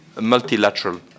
multilateral